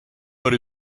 but